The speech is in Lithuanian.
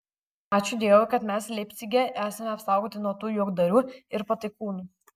ačiū dievui kad mes leipcige esame apsaugoti nuo tų juokdarių ir pataikūnų